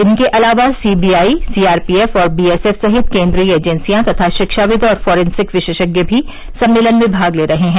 इनके अलावा C B I C R P F और बी एस एफ सहित केन्द्रीय एजेंसियां तथा शिक्षाविद् और फॉरेंसिक विशेषज्ञ भी सम्मेलन में भाग ले रहे हैं